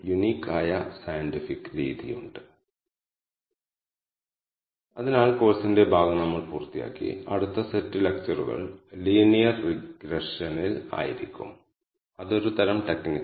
ചുരുക്കത്തിൽ K means algorithm ഒരു supervised അല്ലാത്ത ലേണിങ് അൽഗോരിതം ആണെന്ന് നമ്മൾ കണ്ടു